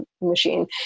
machine